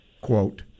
quote